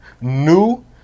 new